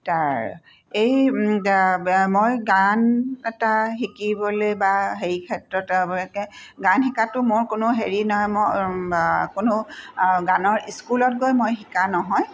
তাৰ এই মই গান এটা শিকিবলৈ বা সেই ক্ষেত্ৰত গান শিকাতো মোৰ কোনো হেৰি নহয় মোৰ কোনো গানৰ স্কুলত গৈ মই শিকা নহয়